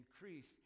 increase